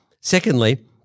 Secondly